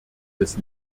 des